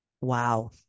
Wow